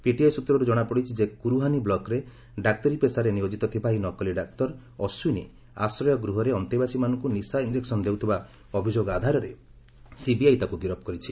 PTI ସୂତ୍ରରୁ ଜଣାପଡ଼ିଛି ଯେ କୁର୍ହାନି ବ୍ଲକରେ ଡାକ୍ତରୀ ପେଶାରେ ନିୟୋଜିତ ଥିବା ଏହି ନକଲି ଡାକ୍ତର ଅଶ୍ୱିନୀ ଆଶ୍ରୟ ଗୃହରେ ଅନ୍ତେବାସୀମାନଙ୍କୁ ନିଶା ଇଞ୍ଜେକ୍ସନ୍ ଦେଉଥିବା ଅଭିଯୋଗ ଆଧାରରେ ସିବିଆଇ ତାକୁ ଗିରଫ କରିଛି